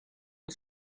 the